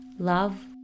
Love